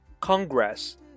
Congress